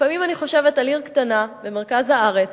לפעמים אני חושבת על עיר קטנה במרכז הארץ